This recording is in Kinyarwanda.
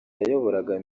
yayoboraga